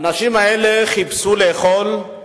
האנשים האלה חיפשו לאכול,